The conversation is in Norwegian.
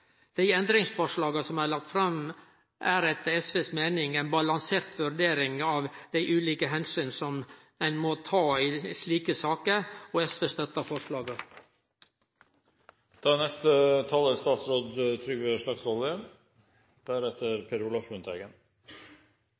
Dei endringsforslaga som er lagde fram, er etter SVs meining ei balansert vurdering av dei ulike omsyn ein må ta i slike saker. SV støttar forslaga. Stortinget behandler i dag to lovforslag. Det ene gjelder endringer i jordloven § 12 om delingsbestemmelsen. Det andre forslaget